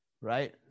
right